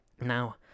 Now